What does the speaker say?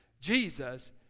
Jesus